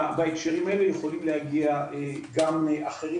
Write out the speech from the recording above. בהקשרים האלה יכולים להגיע גם אחרים.